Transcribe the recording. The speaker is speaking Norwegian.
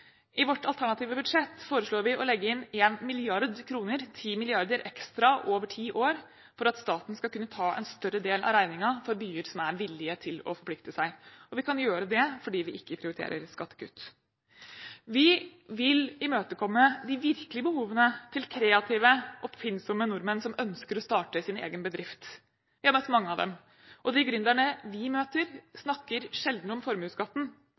I vårt alternative budsjett foreslår vi å legge inn 1 mrd. kr – 10 milliarder ekstra over ti år – for at staten skal kunne ta en større del av regningen for byer som er villig til å forplikte seg. Og vi kan gjøre det fordi vi ikke prioriterer skattekutt. Vi vil imøtekomme de virkelige behovene til kreative, oppfinnsomme nordmenn som ønsker å starte sin egen bedrift. Jeg har møtt mange av dem, og de gründerne vi møter, snakker sjelden om formuesskatten,